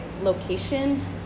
location